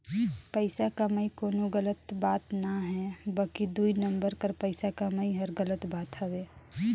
पइसा कमई कोनो गलत बात ना हे बकि दुई नंबर कर पइसा कमई हर गलत बात हवे